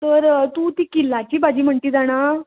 तर तूं ती किल्लाची भाजी म्हण ती जाणा